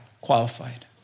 Qualified